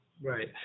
Right